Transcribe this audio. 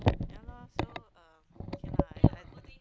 yeah lor so um okay lah I I